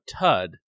Tud